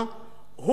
הוא זה שנפגע.